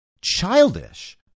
childish